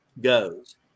goes